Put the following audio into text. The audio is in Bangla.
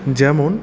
যেমন